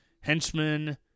henchmen